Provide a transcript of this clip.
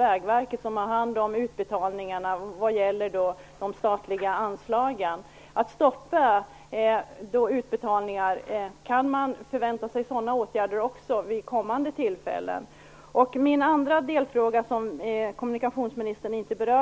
Vägverket, som har hand om utbetalningarna, inte betalar ut medel ur de statliga anslagen? Kan man alltså vid kommande tillfällen vänta sig åtgärder som att stoppa utbetalningar? Min andra fråga berörde kommunikationsministern inte.